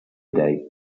day